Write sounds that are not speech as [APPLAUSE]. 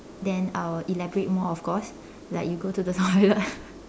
then I will elaborate more of course like you go to the toilet [LAUGHS]